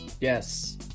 Yes